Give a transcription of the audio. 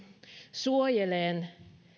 suojelemaan